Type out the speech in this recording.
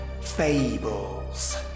fables